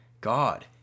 God